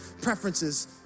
preferences